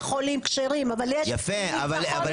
הצעת חוק זכויות החולה (תיקון סידורים לעניין